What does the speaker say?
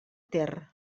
ter